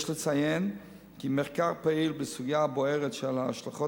יש לציין כי מחקר פעיל בסוגיה הבוערת של ההשלכות